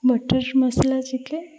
butter masala chicken